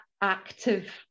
active